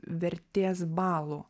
vertės balų